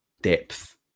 depth